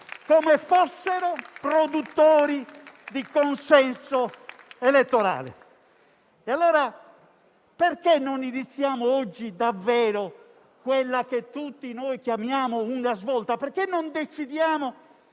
come fossero produttori di consenso elettorale. Perché non iniziamo oggi davvero quella che tutti noi chiamiamo una svolta? Perché non decidiamo